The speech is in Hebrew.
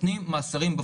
ונותנים מאסרים בפועל.